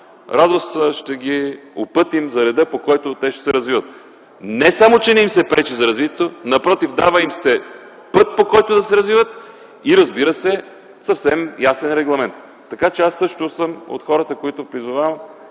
радост ще ги упътим за реда, по който те ще се развиват. Не само, че не им се пречи за развитието. Напротив, дава им се път, по който да се развиват. И, разбира се, съвсем ясен регламент. Така че аз също съм от хората, които призовавам